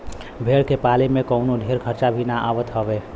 भेड़ के पाले में कवनो ढेर खर्चा भी ना आवत हवे